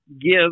give